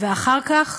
ואחר כך,